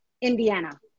Indiana